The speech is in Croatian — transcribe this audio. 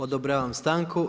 Odobravam stanku.